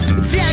Dad